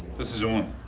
this is owen.